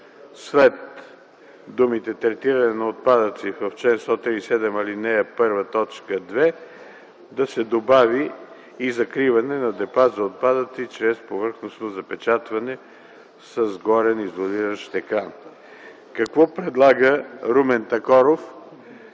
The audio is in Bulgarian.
след думите „третиране на отпадъци” по чл. 137, ал. 1, т. 2 да се добави „и закриване на депа за отпадъци чрез повърхностно запечатване с горен изолиращ екран”. Какво предлага Румен Такоров,